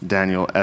Daniel